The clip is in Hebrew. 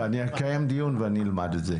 אני אקיים דיון ואני אלמד את זה.